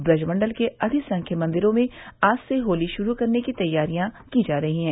ब्रजमण्डल के अधिसंख्य मंदिरों में आज से होली शुरू करने की तैयारियां की जा रही हैं